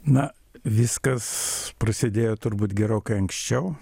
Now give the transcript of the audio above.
na viskas prasidėjo turbūt gerokai anksčiau